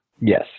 Yes